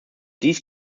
dies